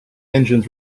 engines